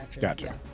Gotcha